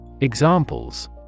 Examples